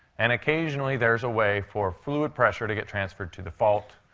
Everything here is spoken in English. and occasionally, there's a way for fluid pressure to get transferred to the fault.